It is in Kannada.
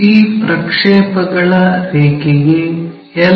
ಈ ಪ್ರಕ್ಷೇಪಗಳ ರೇಖೆಗೆ ಎಲ್